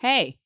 Hey